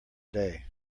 day